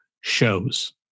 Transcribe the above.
shows